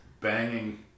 banging